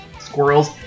squirrels